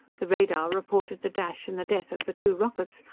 the radar reported the dash and the death of the two rockets,